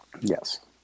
Yes